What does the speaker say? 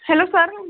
hello sir